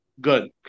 good